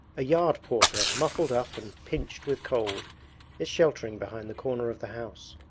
a yard-porter muffled up and pinched with cold is sheltering behind the corner of the house.